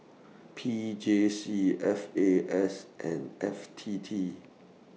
P J C F A S and F T T